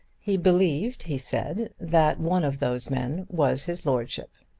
he believed, he said, that one of those men was his lordship.